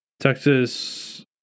Texas